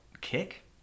kick